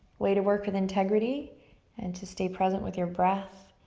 way to work with integrity and to stay present with your breath